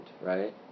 right